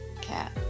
cat